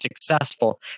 successful